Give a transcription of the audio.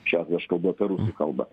čia aš kalbu apie rusų kalbą